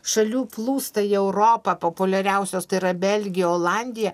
šalių plūsta į europą populiariausios tai yra belgija olandija